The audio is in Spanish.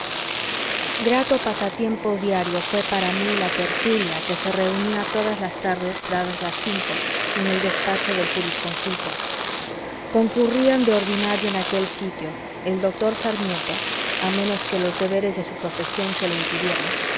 grato pasatiempo diario fué para mí la tertulia que se reunía todas las tardes dadas las cinco en el despacho del jurisconsulto concurrían de ordinario en aquel sitio el doctor sarmiento a menos que los deberes de su profesión se lo impidieran don cosme linares y el escribano quintín porras este era el alma de la tertulia por lo